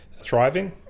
thriving